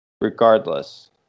regardless